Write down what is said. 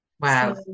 Wow